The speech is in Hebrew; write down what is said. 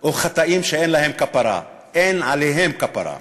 או חטאים שאין להם כפרה, אין עליהם כפרה.